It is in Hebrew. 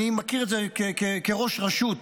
אני מכיר את זה כראש רשות,